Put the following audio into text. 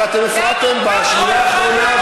אתם הפרעתם בשנייה האחרונה,